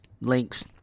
links